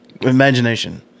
imagination